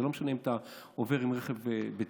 זה לא משנה אם אתה עובר ברכב בטירה,